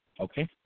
Okay